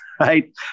Right